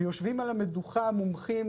ויושבים על המדוכה מומחים,